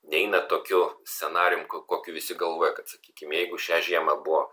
neina tokiu scenarijum kokiu visi galvoja kad sakykim jeigu šią žiemą buvo